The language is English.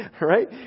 Right